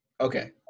Okay